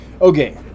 okay